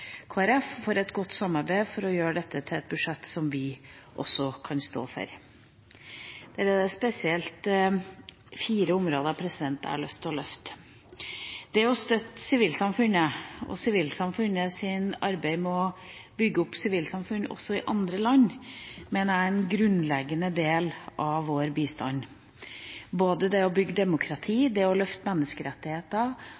et godt samarbeid for å gjøre dette til et budsjett som også vi kan stå for. Her er det spesielt fire områder jeg har lyst til å løfte fram. Det å støtte sivilsamfunnet og sivilsamfunnets arbeid med å bygge opp sivilsamfunn også i andre land, mener jeg er en grunnleggende del av vår bistand. Både å bygge demokrati, å løfte fram menneskerettigheter,